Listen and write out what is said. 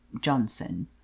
Johnson